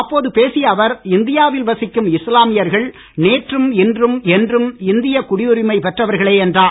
அப்போது பேசிய அவர் இந்தியாவில் வசிக்கும் இஸ்லாமியர்கள் நேற்றும் இன்றும் என்றும் இந்திய குடியுரிமை பெற்றவர்களே என்றார்